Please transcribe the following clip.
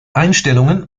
einstellungen